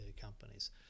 companies